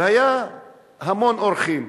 והיו המון אורחים,